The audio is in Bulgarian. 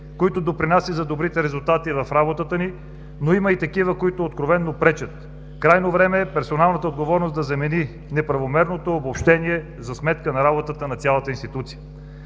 които допринасят за добрите резултати в работата ни, но има и такива, които откровено пречат. Крайно време е персоналната отговорност да замени неправомерното обобщение за сметка на работата на цялата институция.